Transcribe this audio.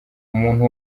umuntu